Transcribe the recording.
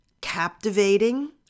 captivating